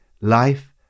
life